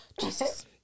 Jesus